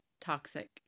toxic